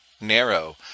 narrow